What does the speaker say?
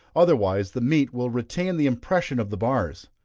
otherwise the meat will retain the impression of the bars.